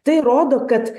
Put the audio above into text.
tai rodo kad